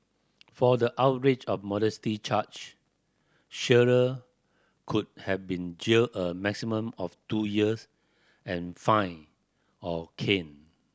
for the outrage of modesty charge Shearer could have been jailed a maximum of two years and fined or caned